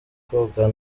kogana